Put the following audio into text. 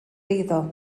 eiddo